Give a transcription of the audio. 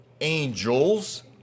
angels